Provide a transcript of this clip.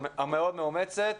המאוד מאומצת.